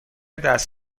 دست